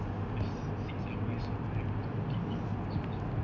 almost six hours eh brother I go to bukit timah Zoom Zoom